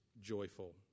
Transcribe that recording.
joyful